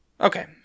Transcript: Okay